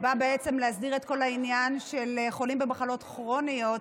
בא בעצם להסדיר את כל העניין של חולים במחלות כרוניות,